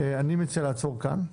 אני מציע לעצור כאן.